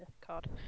card